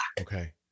Okay